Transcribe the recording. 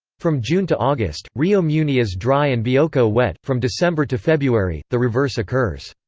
from june to august, rio muni is dry and bioko wet from december to february, the reverse occurs.